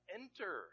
enter